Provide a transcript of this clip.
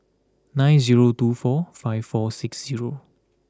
nine zero two four five four six zero